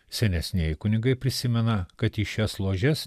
senesnieji kunigai prisimena kad į šias ložes